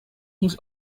his